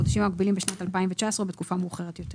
2 במקדם מענק הסיוע ובמחזור העסקאות בתקופת הבסיס".